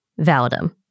validum